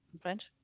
French